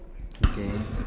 okay